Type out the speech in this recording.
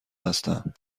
هستم